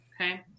Okay